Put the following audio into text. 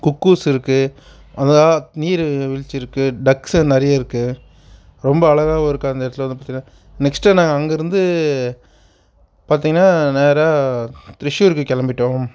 cuckoos இருக்குது அந்த நீர் வீழ்ச்சி இருக்குது டக்ஸ்சு நிறைய இருக்குது ரொம்ப அழகாகவும் இருக்குது அந்த இடத்துல வந்து பார்த்தீங்னா நெக்ஸ்ட்டு நாங்கள் அங்கிருந்து பார்த்தீங்னா நேராக திரிச்சூருக்கு கிளம்பிட்டோம்